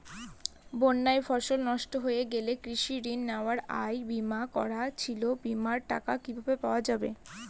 বন্যায় ফসল নষ্ট হয়ে গেছে কৃষি ঋণ নেওয়া আর বিমা করা ছিল বিমার টাকা কিভাবে পাওয়া যাবে?